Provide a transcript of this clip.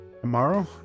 Tomorrow